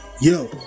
yo